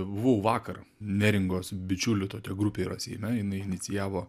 buvau vakar neringos bičiulių tokia grupė yra seime jinai inicijavo